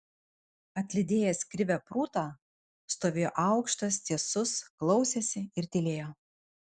atlydėjęs krivę prūtą stovėjo aukštas tiesus klausėsi ir tylėjo